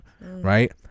right